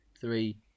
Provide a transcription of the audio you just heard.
Three